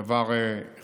זה דבר חריג,